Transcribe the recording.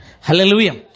Hallelujah